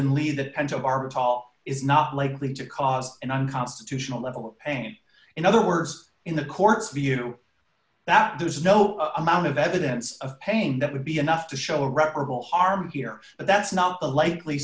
pentobarbital is not likely to cause an unconstitutional level of pain in other words in the court's view that there's no amount of evidence of pain that would be enough to show irreparable harm here but that's not the likely